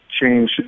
change